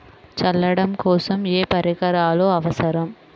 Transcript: చల్లడం కోసం ఏ పరికరాలు అవసరం?